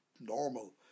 normal